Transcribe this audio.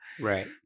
Right